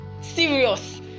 Serious